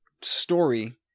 story